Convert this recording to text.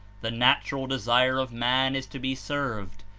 the natural desire of man is to be served,